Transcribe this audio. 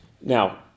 Now